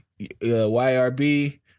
YRB